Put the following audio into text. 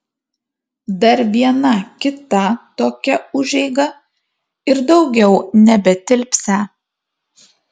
dar viena kita tokia užeiga ir daugiau nebetilpsią